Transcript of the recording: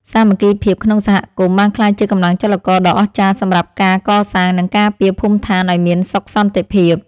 សាមគ្គីភាពក្នុងសហគមន៍បានក្លាយជាកម្លាំងចលករដ៏អស្ចារ្យសម្រាប់ការកសាង និងការពារភូមិដ្ឋានឱ្យមានសុខសន្តិភាព។